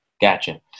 Gotcha